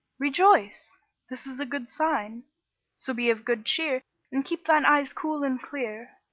rejoice this is a good sign so be of good cheer and keep thine eyes cool and clear,